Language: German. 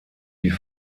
die